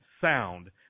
sound